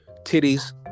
titties